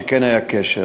שכן היה קשר,